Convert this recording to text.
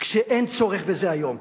כשאין צורך בזה היום.